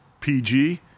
PG